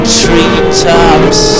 treetops